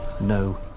no